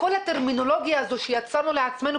כל הטרמינולוגיה הזו שיצרנו לעצמנו,